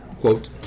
quote